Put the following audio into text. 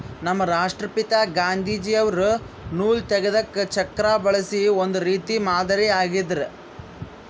ನಮ್ ರಾಷ್ಟ್ರಪಿತಾ ಗಾಂಧೀಜಿ ಅವ್ರು ನೂಲ್ ತೆಗೆದಕ್ ಚಕ್ರಾ ಬಳಸಿ ಒಂದ್ ರೀತಿ ಮಾದರಿ ಆಗಿದ್ರು